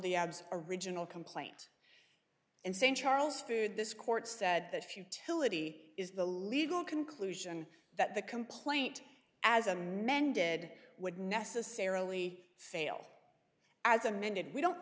the abs original complaint in st charles food this court said that futility is the legal conclusion that the complaint as amended would necessarily fail as amended we don't